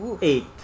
eight